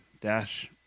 Dash